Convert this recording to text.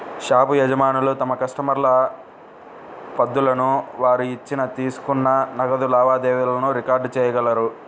shop యజమానులు తమ కస్టమర్ల పద్దులను, వారు ఇచ్చిన, తీసుకున్న నగదు లావాదేవీలను రికార్డ్ చేయగలరు